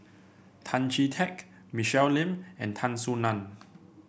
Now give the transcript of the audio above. Tan Chee Teck Michelle Lim and Tan Soo Nan